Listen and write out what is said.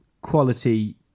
quality